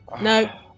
No